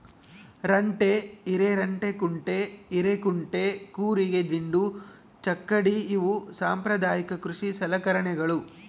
ರಂಟೆ ಹಿರೆರಂಟೆಕುಂಟೆ ಹಿರೇಕುಂಟೆ ಕೂರಿಗೆ ದಿಂಡು ಚಕ್ಕಡಿ ಇವು ಸಾಂಪ್ರದಾಯಿಕ ಕೃಷಿ ಸಲಕರಣೆಗಳು